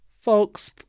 folks